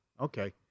Okay